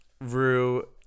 Rue